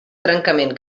trencament